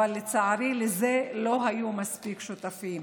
אבל לצערי, לזה לא היו מספיק שותפים.